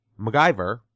MacGyver